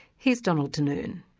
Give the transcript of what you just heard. here's donald denoon.